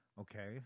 Okay